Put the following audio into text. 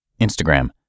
Instagram